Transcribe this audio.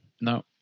no